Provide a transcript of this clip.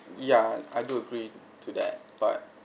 yeah I do agree to that but